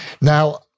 Now